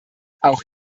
auch